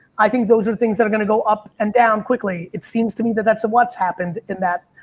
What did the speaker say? i think those are the things that are going to go up and down quickly. it seems to me that that's what's happened in that,